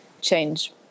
change